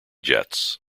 jets